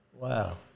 Wow